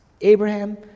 Abraham